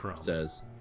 says